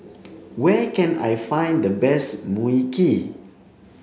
where can I find the best Mui Kee